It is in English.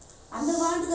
keisha